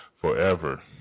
forever